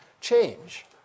change